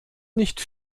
nicht